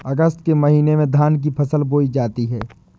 अगस्त के महीने में धान की फसल बोई जाती हैं